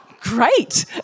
great